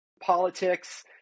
politics